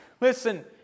Listen